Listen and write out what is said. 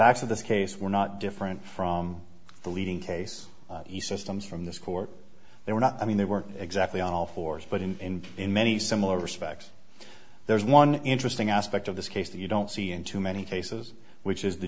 of this case were not different from the leading case he systems from this court they were not i mean they weren't exactly on all fours but in in many similar respects there's one interesting aspect of this case that you don't see in too many cases which is the